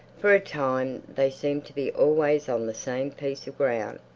for a time they seemed to be always on the same piece of ground.